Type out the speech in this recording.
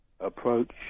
Approach